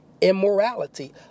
immorality